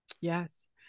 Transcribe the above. Yes